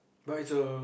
but it's a